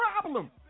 problem